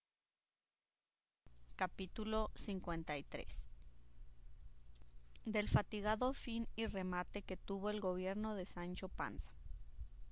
capítulo liii del fatigado fin y remate que tuvo el gobierno de sancho panza